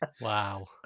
Wow